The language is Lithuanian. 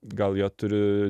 gal jie turi